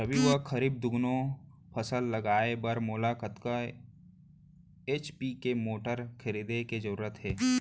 रबि व खरीफ दुनो फसल लगाए बर मोला कतना एच.पी के मोटर खरीदे के जरूरत हे?